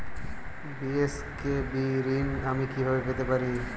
BSKB ঋণ আমি কিভাবে পেতে পারি?